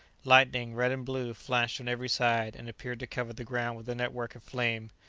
lightning, red and blue, flashed on every side and appeared to cover the ground with a network of flame.